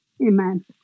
Amen